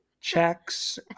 Checks